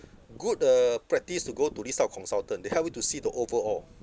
good uh practice to go to this type of consultant they help you to see the overall